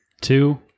two